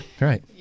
right